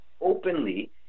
openly